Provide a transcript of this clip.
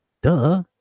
Duh